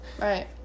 Right